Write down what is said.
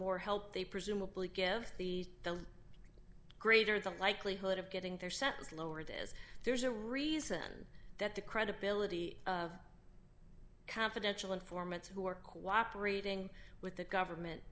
more help they presumably give the the greater the likelihood of getting their sentence lowered is there's a reason that the credibility of confidential informants who are cooperating with the government